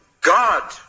God